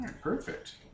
Perfect